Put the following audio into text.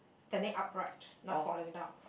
standing upright not falling down